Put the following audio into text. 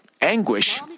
anguish